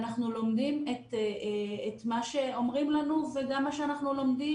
ואנחנו לומדים את מה שאומרים לנו וגם מה שאנחנו לומדים.